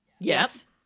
Yes